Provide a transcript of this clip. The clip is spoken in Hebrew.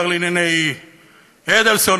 השר לענייני אדלסון,